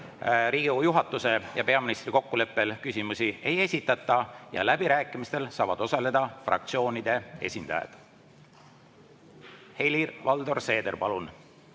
Riigikogu juhatuse ja peaministri kokkuleppel küsimusi ei esitata ja läbirääkimistel saavad osaleda fraktsioonide esindajad. Helir-Valdor Seeder, palun,